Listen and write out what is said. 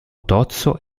tozzo